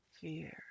fear